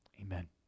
Amen